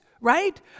right